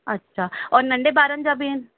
अच्छा और नंढे ॿारनि जा बि आहिनि